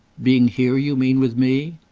being here, you mean, with me?